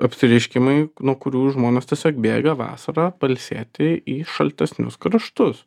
apsireiškimai nuo kurių žmonės tiesiog bėga vasarą pailsėti į šaltesnius kraštus